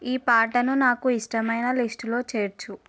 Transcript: ఈ పాటను నాకు ఇష్టమైన లిస్టులో చేర్చు